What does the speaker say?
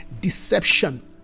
deception